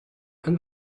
and